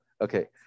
Okay